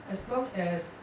as long as